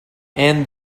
and